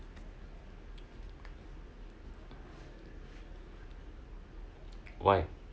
why